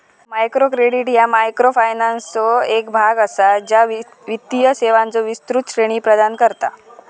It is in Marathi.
मायक्रो क्रेडिट ह्या मायक्रोफायनान्सचो एक भाग असा, ज्या वित्तीय सेवांचो विस्तृत श्रेणी प्रदान करता